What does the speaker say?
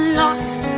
lost